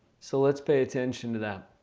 so, let's pay attention to that.